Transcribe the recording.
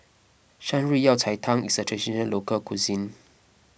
Shan Rui Yao Cai Tang is a Traditional Local Cuisine